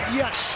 yes